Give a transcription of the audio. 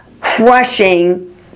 crushing